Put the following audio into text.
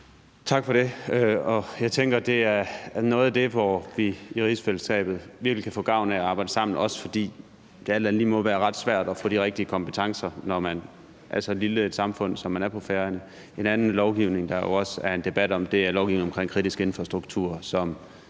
(V): Tak for det. Jeg tænker, at det er noget af det, hvor vi i rigsfællesskabet virkelig kan få gavn af at arbejde sammen, også fordi det alt andet lige må være ret svært at få de rigtige kompetencer, når man er så lille et samfund, som man er på Færøerne. En anden lovgivning, der jo også er en debat om, er lovgivningen omkring kritisk infrastruktur,